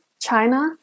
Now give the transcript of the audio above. China